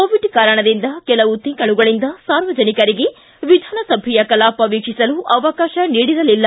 Covid ಕಾರಣದಿಂದ ಕೆಲವು ತಿಂಗಳುಗಳಿಂದ ಸಾರ್ವಜನಿಕರಿಗೆ ವಿಧಾನಸಭೆಯ ಕಲಾಪ ವೀಕ್ಷಿಸಲು ಅವಕಾಶ ನೀಡಿರಲಿಲ್ಲ